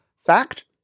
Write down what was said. fact